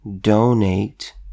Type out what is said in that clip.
donate